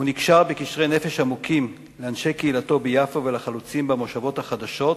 הוא נקשר בקשרי נפש עמוקים לאנשי קהילתו ביפו ולחלוצים במושבות החדשות,